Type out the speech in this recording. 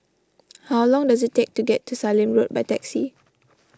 how long does it take to get to Sallim Road by taxi